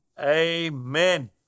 Amen